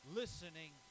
listening